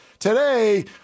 Today